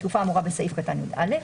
התקופה האמורה בסעיף קטן (יא).